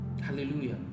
hallelujah